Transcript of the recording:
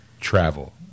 travel